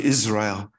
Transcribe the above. Israel